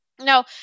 now